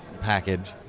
package